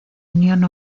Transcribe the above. unión